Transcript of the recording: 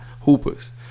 hoopers